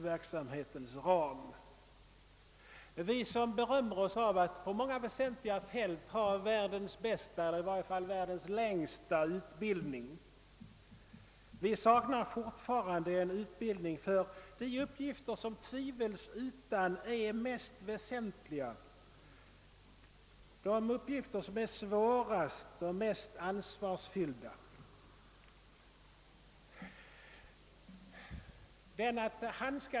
Vi här i Sverige som berömmer oss av att på många väsentliga områden ha världens bästa utbildning, eller i varje fall världens längsta, saknar fortfarande en utbildning för den uppgift som tvivelsutan är den mest väsentliga, den svåraste och mest ansvarsfyllda.